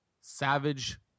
Savage